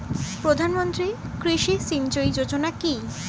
প্রধানমন্ত্রী কৃষি সিঞ্চয়ী যোজনা কি?